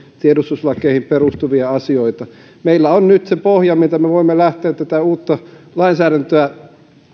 tiedustelulakeihin perustuvia asioita meillä on nyt pohja miten me voimme lähteä tätä uutta lainsäädäntöä